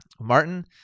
Martin